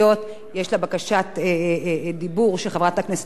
יש בקשת דיבור של חברת הכנסת אורית זוארץ,